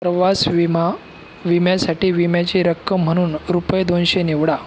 प्रवास विमा विम्यासाठी विम्याची रक्कम म्हणून रुपये दोनशे निवडा